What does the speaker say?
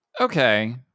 Okay